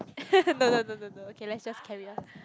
no no no no no okay let's just carry on